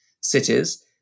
cities